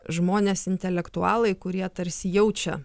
žmonės intelektualai kurie tarsi jaučia